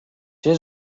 się